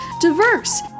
diverse